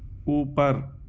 اوپر